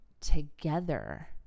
together